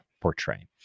portray